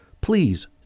please